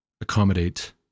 accommodate